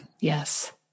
yes